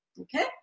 Okay